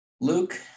Luke